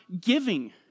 giving